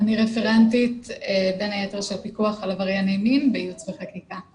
רפרנטית של פיקוח על עברייני מין בייעוץ וחקיקה,